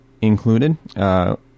included